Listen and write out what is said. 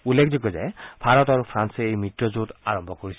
উল্লেখযোগ্য যে ভাৰত আৰু ফ্ৰান্সে এই মিত্ৰজোট আৰম্ভ কৰিছিল